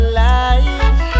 life